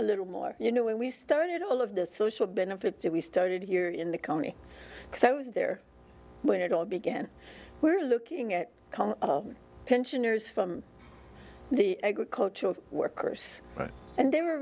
a little more you know when we started all of the social benefits that we started here in the county so i was there when it all began we're looking at pensioners from the agricultural workers and they were